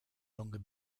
longer